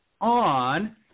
on